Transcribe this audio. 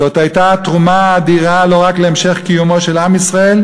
זאת הייתה התרומה האדירה לא רק להמשך קיומו של עם ישראל,